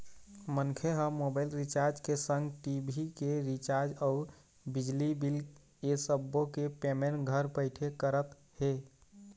मनखे ह mobile recharge के संग टी.भी के रिचार्ज अउ बिजली के बिल ऐ सब्बो के पेमेंट घर बइठे करत हे